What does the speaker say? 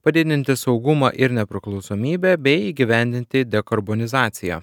padidinti saugumą ir nepriklausomybę bei įgyvendinti dekorbonizaciją